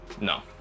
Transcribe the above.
no